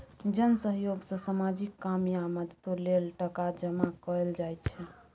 जन सहयोग सँ सामाजिक काम या मदतो लेल टका जमा कएल जाइ छै